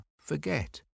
forget